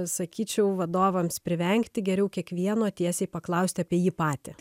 sakyčiau vadovams privengti geriau kiekvieno tiesiai paklausti apie jį patį